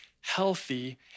healthy